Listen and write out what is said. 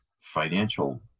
financial